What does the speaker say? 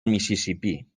mississipí